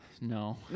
No